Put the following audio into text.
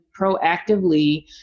proactively